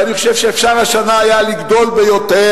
ואני חושב שאפשר היה השנה לגדול ביותר,